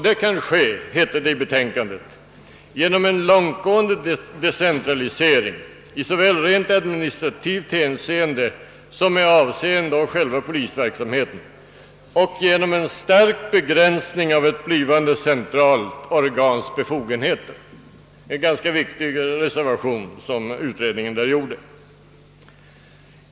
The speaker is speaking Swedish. »Detta kan ske», hette det i betänkandet, »genom en långtgående decentralisering i såväl rent administrativt hänseende som med avseende å själva polisverksamheten och genom en stark begränsning av ett blivande centralorgans befogenheter.» Det är en ganska viktig reservation som utredningen sålunda gjorde.